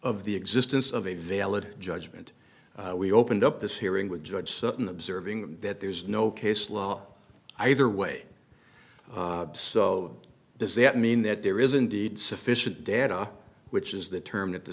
of the existence of a valid judgment we opened up this hearing with judge sutton observing that there is no case law either way so does that mean that there is indeed sufficient data which is the term that the